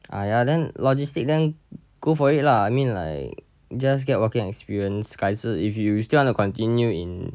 !aiya! then logistic then go for it lah I mean like just get working experience 概测 if you still want to continue in